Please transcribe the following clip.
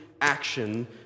action